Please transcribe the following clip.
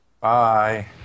Bye